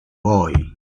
boy